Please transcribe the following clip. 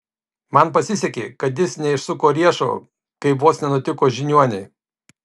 man pasisekė kad jis neišsuko riešo kaip vos nenutiko žiniuonei